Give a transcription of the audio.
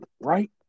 right